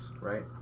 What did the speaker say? Right